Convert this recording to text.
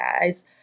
guys